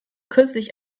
kürzlich